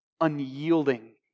Unyielding